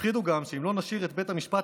הפחידו גם שאם לא נשאיר את בית המשפט